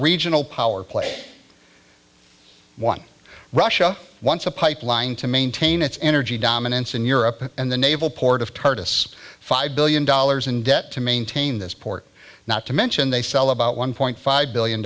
regional power play one russia once a pipeline to maintain its energy dominance in europe and the naval port of tartus five billion dollars in debt to maintain this port not to mention they sell about one point five billion